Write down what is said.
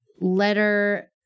letter